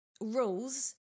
rules